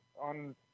on